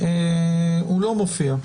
הוא לא מופיע.